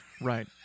Right